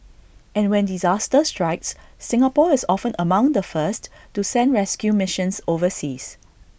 and when disaster strikes Singapore is often among the first to send rescue missions overseas